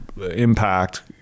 Impact